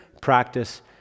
practice